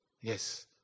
Yes